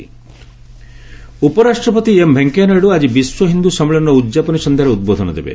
VP Chicago ଉପ ରାଷ୍ଟ୍ରପତି ଏମ୍ ଭେଙ୍କେୟା ନାଇଡ଼ୁ ଆଜି ବିଶ୍ୱ ହିନ୍ଦୁ ସମ୍ମିଳନୀର ଉଦ୍ଯାପନୀ ସଂଧ୍ଘାରେ ଉଦ୍ବୋଧନ ଦେବେ